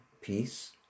peace